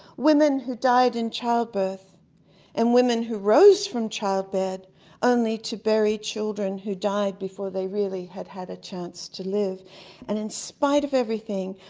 women who died in child birth and women who rose from child birth only to bury children who died before they really had had a chance to live and in spite of everything,